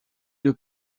deux